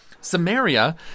Samaria